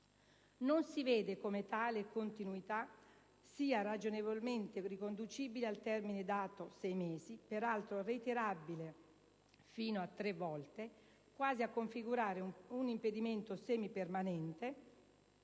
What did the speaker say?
non si vede come tale continuatività sia ragionevolmente riconducibile al termine dato (sei mesi) peraltro reiterabile (fino a tre volte) quasi a configurare un impedimento semipermanente,